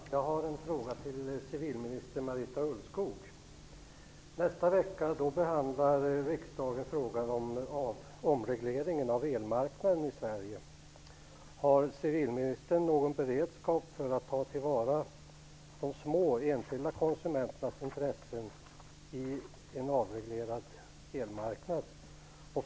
Fru talman! Jag har en fråga till civilminister Nästa vecka behandlar riksdagen frågan om avreglering av elmarknaden i Sverige. Har civilministern någon beredskap för att ta till vara de små enskilda konsumenternas intressen på en avreglerad elmarknad?